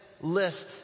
list